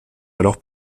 alors